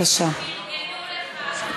פרגנו לך,